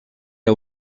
era